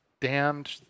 damned